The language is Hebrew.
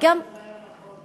הלוואי שזה היה נכון.